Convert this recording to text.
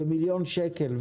מיליון שקל,